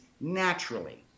naturally